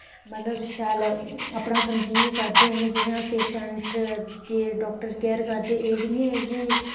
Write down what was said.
मतलब शैल अपना समझियै करदे न जि'यां पेशैंट दी डॉक्टर केयर करदे न एह् निं ऐ कि